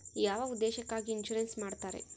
ಯಾವ ಉದ್ದೇಶಕ್ಕಾಗಿ ಇನ್ಸುರೆನ್ಸ್ ಮಾಡ್ತಾರೆ?